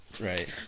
right